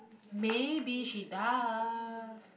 maybe she does